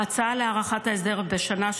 ההצעה להארכת ההסדר בשנה,